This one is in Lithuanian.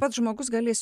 pats žmogus galės